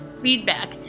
feedback